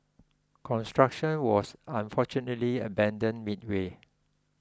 construction was unfortunately abandoned midway